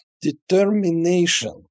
determination